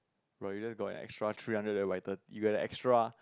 if really got extra three hundreds then my turn you got the extra